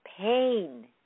pain